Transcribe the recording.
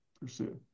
pursue